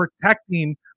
protecting